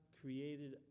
created